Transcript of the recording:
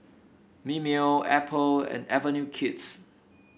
Mimeo Apple and Avenue Kids